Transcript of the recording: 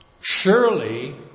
Surely